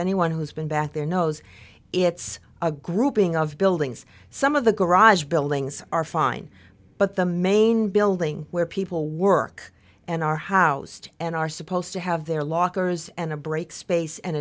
anyone who's been back there knows it's a grouping of buildings some of the garage buildings are fine but the main building where people work and are housed and are supposed to have their lockers and a break space and